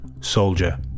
Soldier